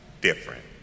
different